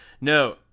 No